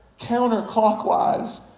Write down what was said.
counterclockwise